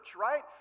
right